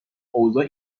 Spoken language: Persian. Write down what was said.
اوضاع